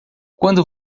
quando